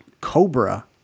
Cobra